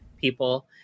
people